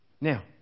now